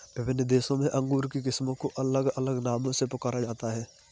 विभिन्न देशों में अंगूर की किस्मों को अलग अलग नामों से पुकारा जाता है